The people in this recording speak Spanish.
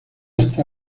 esta